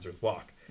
Walk